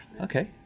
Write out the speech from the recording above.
Okay